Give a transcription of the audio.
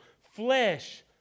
Flesh